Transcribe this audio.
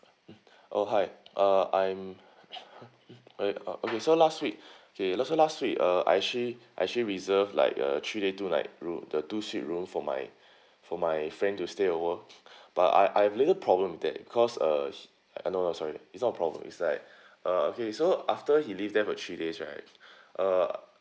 mm oh hi uh I'm uh okay okay so last week okay so last week uh I actually I actually reserve like a three day two night room the two suite room for my for my friend to stay over but I I've little problem that cause uh no no sorry is not a problem is like uh okay so after he live there for three days right uh